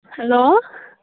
hello